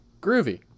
Groovy